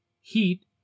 heat